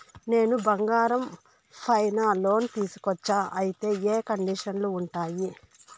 నేను బంగారం పైన లోను తీసుకోవచ్చా? అయితే ఏ కండిషన్లు ఉంటాయి?